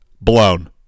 blown